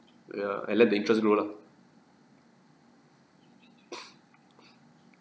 ya and let the interest grow lah